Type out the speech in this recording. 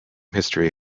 history